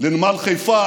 לנמל חיפה,